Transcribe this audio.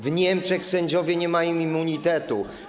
W Niemczech sędziowie nie mają immunitetu.